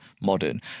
modern